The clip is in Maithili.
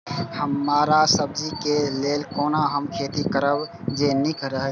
हरा सब्जी के लेल कोना हम खेती करब जे नीक रहैत?